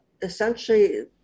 essentially